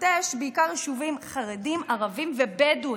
מתחתיה יש בעיקר יישובים חרדיים, ערביים ובדואיים.